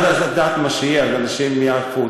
את יודעת מה שיהיה, אז אנשים יעקפו.